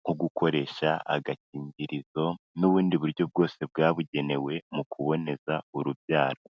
nko gukoresha agakingirizo n'ubundi buryo bwose bwabugenewe mu kuboneza urubyaro.